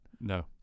No